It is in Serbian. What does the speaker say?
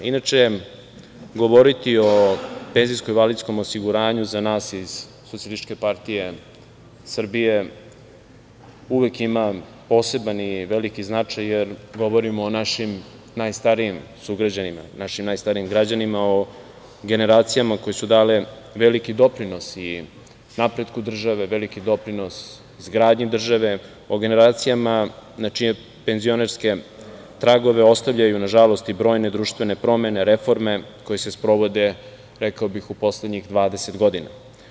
Inače, govoriti o penzijskom i invalidskom osiguranju za nas iz SPS uvek ima poseban i veliki značaj, jer govorimo o našim najstarijim građanima, o generacijama koje su dale veliki doprinos i napretku države, veliki doprinos izgradnji države, o generacijama na čije penzionerske tragove ostavljaju, nažalost, i brojne društvene promene, reforme koje se sprovode, rekao bih, u poslednjih 20 godina.